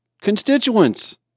constituents